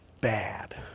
bad